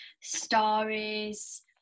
stories